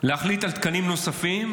להחליט על תקנים נוספים,